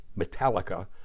Metallica